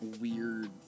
weird